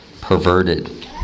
perverted